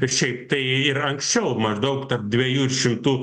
bet šiaip tai ir anksčiau maždaug tarp dviejų šimtų